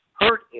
hurt